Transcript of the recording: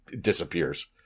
disappears